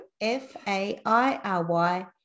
f-a-i-r-y